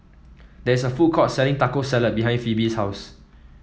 there is a food court selling Taco Salad behind Phebe's house